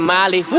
Molly